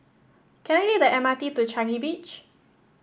can I take the M R T to Changi Beach